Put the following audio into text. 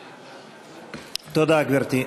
תודה, גברתי.